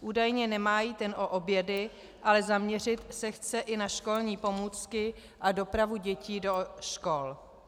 Údajně nemá jít jen o obědy, ale zaměřit se chce i na školní pomůcky a dopravu dětí do škol.